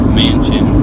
mansion